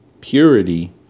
purity